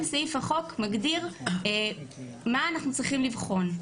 סעיף החוק מגדיר מה אנחנו צריכים לבחון.